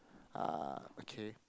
uh okay